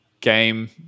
game